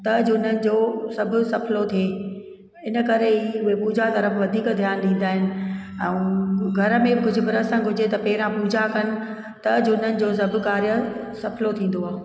त उन्हनि जो सभु सभु सफ़िलो थिए इन करे ई पूजा तर्फ़ु वधीक ध्यानु ॾींदा आहिनि ऐं घर में कुझु प्रसंग हुजे त पहिरियों पूजा कनि त हुननि जो सभु कार्य सफ़िलो थींदो आहे